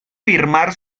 firmar